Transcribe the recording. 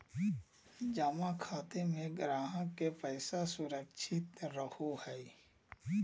जमा खाते में ग्राहक के पैसा सुरक्षित रहो हइ